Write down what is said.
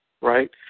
right